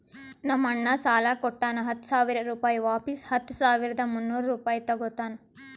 ನಮ್ ಅಣ್ಣಾ ಸಾಲಾ ಕೊಟ್ಟಾನ ಹತ್ತ ಸಾವಿರ ರುಪಾಯಿ ವಾಪಿಸ್ ಹತ್ತ ಸಾವಿರದ ಮುನ್ನೂರ್ ರುಪಾಯಿ ತಗೋತ್ತಾನ್